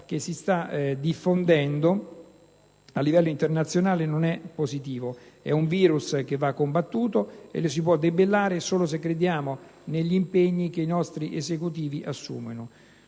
che si sta diffondendo a livello internazionale non è positivo. È un virus che va combattuto e lo si può debellare solo se crediamo negli impegni che i nostri Esecutivi assumono.